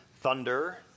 thunder